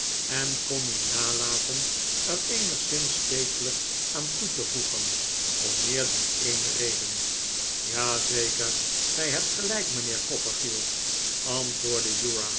en kon niet nalaten er eenigszins stekelig aan toe te voegen om meer dan een reden ja zeker gij hebt gelijk mijnheer copperfield antwoordde